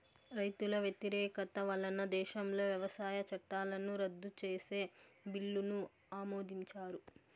రైతుల వ్యతిరేకత వలన దేశంలో వ్యవసాయ చట్టాలను రద్దు చేసే బిల్లును ఆమోదించారు